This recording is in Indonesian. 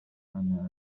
anak